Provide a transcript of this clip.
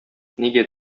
нигә